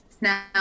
now